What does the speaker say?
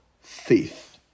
faith